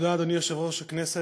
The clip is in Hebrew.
תודה, אדוני סגן יושב-ראש הכנסת.